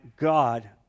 God